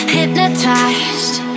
Hypnotized